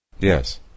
Yes